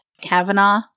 Kavanaugh